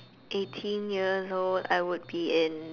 eighteen years old I would be in